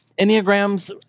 Enneagrams